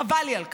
חבל לי על כך.